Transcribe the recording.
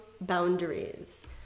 boundaries